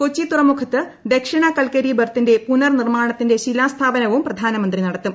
കൊച്ചി തുറമുഖത്ത് ദക്ഷിണ കൽക്കരി ബെർത്തിന്റെ പുനർനിർമാണത്തിന്റെ ശിലാസ്ഥാപനവും പ്രധാനമന്ത്രി നടത്തും